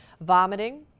vomiting